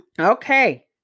Okay